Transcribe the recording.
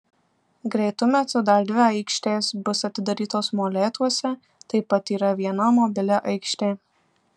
greitu metu dar dvi aikštės bus atidarytos molėtuose taip pat yra viena mobili aikštė